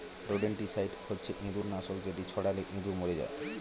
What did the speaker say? rodenticide হচ্ছে ইঁদুর নাশক যেটি ছড়ালে ইঁদুর মরে যায়